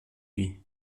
lui